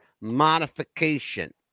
modification